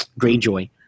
Greyjoy